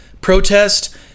protest